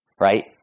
right